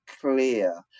clear